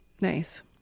Nice